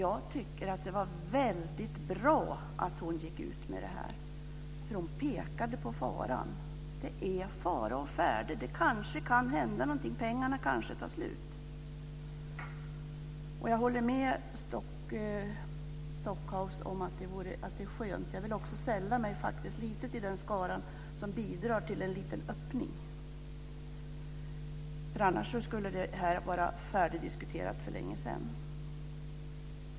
Jag tycker att det var väldigt bra att Anna Hedborg gick ut med det här förslaget. Hon pekade på att det är fara å färde. Det kan kanske hända att pengarna tar slut. Jag håller med Stockhaus om att det här var bra. Jag vill faktiskt lite sälla mig till den skara som vill bidra till en liten öppning. Annars skulle det här vara färdigdiskuterat för länge sedan.